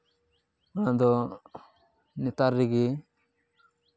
ᱚᱱᱟ ᱫᱚ ᱱᱮᱛᱟᱨ ᱨᱮᱜᱮ